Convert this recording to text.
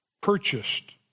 purchased